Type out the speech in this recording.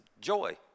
joy